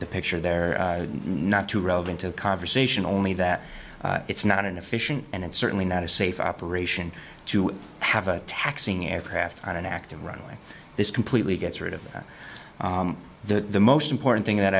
the picture there not too relevant to the conversation only that it's not an efficient and certainly not a safe operation to have a taxiing aircraft on an active runway this completely gets rid of that the most important thing that